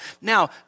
Now